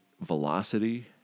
velocity